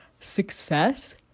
Success